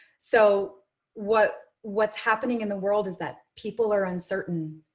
so what what's happening in the world is that people are uncertain.